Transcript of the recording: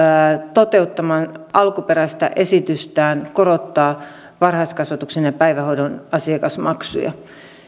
toteuttamaan alkuperäistä esitystään korottaa varhaiskasvatuksen ja päivähoidon asiakasmaksuja